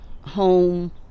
home